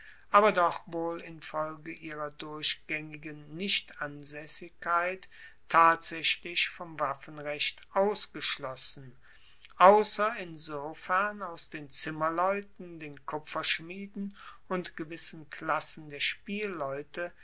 aber doch wohl infolge ihrer durchgaengigen nichtansaessigkeit tatsaechlich vom waffenrecht ausgeschlossen ausser insofern aus den zimmerleuten den kupferschmieden und gewissen klassen der spielleute